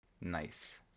Nice